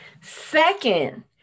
second